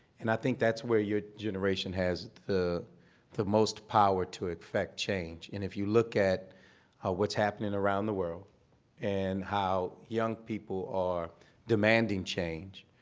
and i think that's where your generation has the most power to affect change. and if you look at what's happening around the world and how young people are demanding change,